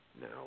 No